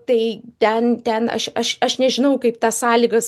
tai ten ten aš aš aš nežinau kaip tas sąlygas